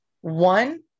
One